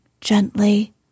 gently